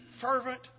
fervent